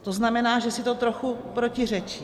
To znamená, že si to trochu protiřečí.